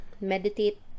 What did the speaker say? meditate